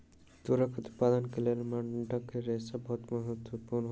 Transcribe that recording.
तूरक उत्पादन के लेल डंठल के रेशा बहुत महत्वपूर्ण होइत अछि